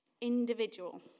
individual